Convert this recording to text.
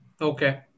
Okay